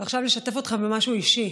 ועכשיו, לשתף אתכם במשהו אישי.